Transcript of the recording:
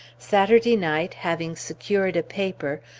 saturday night, having secured a paper,